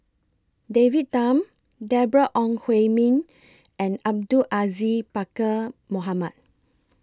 David Tham Deborah Ong Hui Min and Abdul Aziz Pakkeer Mohamed